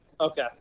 okay